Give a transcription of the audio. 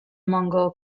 mongol